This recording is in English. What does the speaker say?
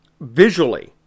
visually